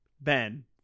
Ben